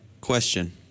Question